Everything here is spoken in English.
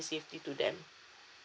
safety to them